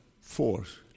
force